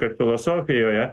kad filosofijoje